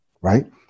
right